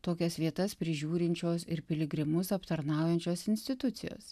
tokias vietas prižiūrinčios ir piligrimus aptarnaujančios institucijos